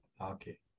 Okay